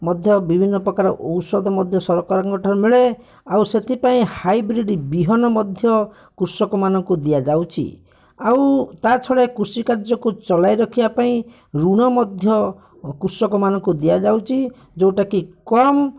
ମଧ୍ୟ ବିଭିନ୍ନ ପ୍ରକାର ଔଷଧ ମଧ୍ୟ ସରକାରଙ୍କ ଠାରୁ ମିଳେ ଆଉ ସେଥିପାଇଁ ହାଇବ୍ରିଡ଼ ବିହନ ମଧ୍ୟ କୃଷକମାନଙ୍କୁ ଦିଅଯାଉଛି ଆଉ ତା'ଛଡ଼ା କୃଷି କାର୍ଯ୍ୟକୁ ଚଳାଇରଖିବା ପାଇଁ ଋଣ ମଧ୍ୟ କୃଷକମାନଙ୍କୁ ଦିଆଯାଉଛି ଯୋଉଟାକି କମ୍